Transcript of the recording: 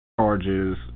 charges